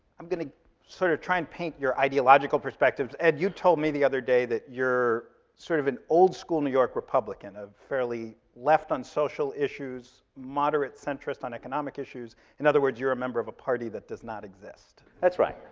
i'm gonna sort of try and paint your ideological perspective. ed, you told me the other day that you're sort of an old school new york republican, a fairly left on social issues, moderate centrist on economic issues, in other words, you're a member of a party that does not exist. that's right.